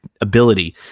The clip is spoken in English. ability